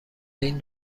این